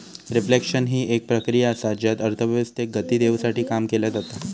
reflection हि एक प्रक्रिया असा ज्यात अर्थव्यवस्थेक गती देवसाठी काम केला जाता